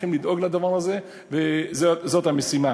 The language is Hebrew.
לכן צריכים לדאוג לדבר הזה, וזאת המשימה.